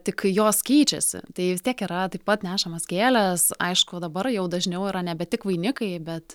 tik kai jos keičiasi tai vis tiek yra taip pat nešamos gėlės aišku dabar jau dažniau yra nebe tik vainikai bet